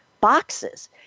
boxes